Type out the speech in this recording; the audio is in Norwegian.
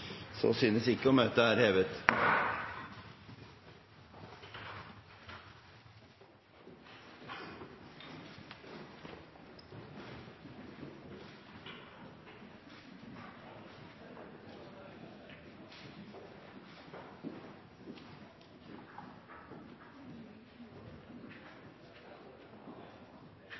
Møtet er hevet.